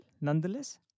nonetheless